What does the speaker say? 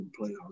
playoffs